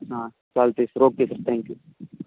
हां चालतं आहे सर ओके सर थँक्यू